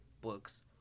books